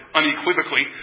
unequivocally